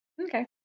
Okay